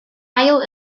ail